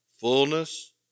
Fullness